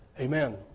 Amen